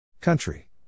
Country